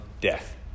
death